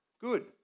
Good